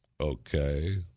Okay